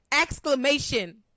Exclamation